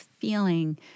feeling